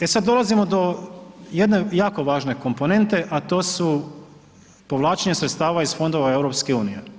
E sad dolazimo do jedne jako važne komponente, a to su povlačenja sredstava iz fondova EU.